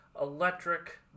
electric